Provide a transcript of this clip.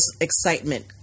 excitement